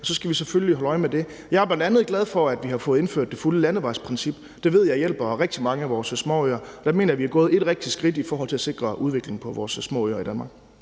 så skal vi selvfølgelig holde øje med det. Jeg er bl.a. glad for, at vi fået indført det fulde landevejsprincip. Det ved jeg hjælper rigtig mange af vores småøer. Der mener jeg, at vi har taget et rigtig skridt i forhold til at sikre udviklingen på vores små øer i Danmark.